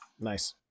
nice